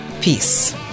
Peace